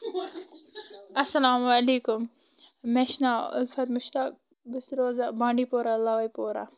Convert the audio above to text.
اسلام علیکُم مےٚ چھِ ناو اُلفت مُشتاق بہٕ چھَس روزان بانٛڈی پورہ لاوے پورہ